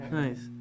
nice